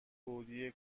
گودی